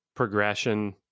progression